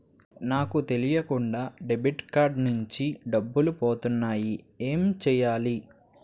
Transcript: నాకు తెలియకుండా debit card నుంచి డబ్బులు పోతున్నాయి ఎం చెయ్యాలి?